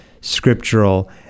scriptural